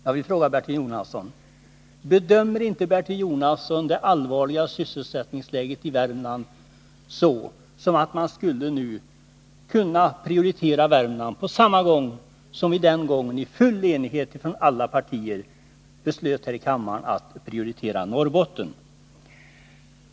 Jag vill fråga Bertil Jonasson: Bedömer inte Bertil Jonasson det allvarliga sysselsättningsläget i Värmland så att det är motiverat att prioritera insatser i det länet på samma sätt som vi tidigare i full enighet från alla partier prioriterade insatser i Norrbotten?